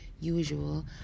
usual